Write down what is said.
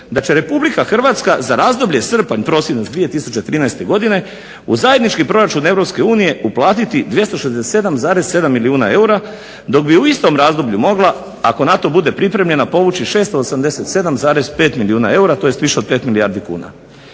da će RH za razdoblje srpanj-prosinac 2013. godine u zajednički proračun EU uplatiti 267,7 milijuna eura dok bi u istom razdoblju mogla ako na to bude pripremljena povući 687,5 milijuna eura tj. više od 5 milijardi kuna.